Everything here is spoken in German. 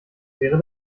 wäre